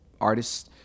artists